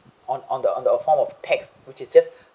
on on the on the form of text which is just